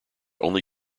only